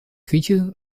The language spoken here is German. grieche